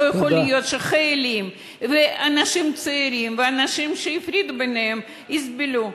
לא יכול להיות שחיילים ואנשים צעירים ואנשים שהפרידו ביניהם יסבלו.